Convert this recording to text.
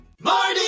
Marty